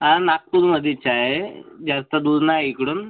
हा नागपूरमध्येच आहे जास्त दूर नाही इकडून